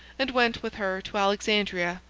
and went with her to alexandria.